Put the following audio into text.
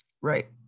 Right